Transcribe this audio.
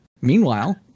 meanwhile